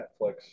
Netflix